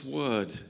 word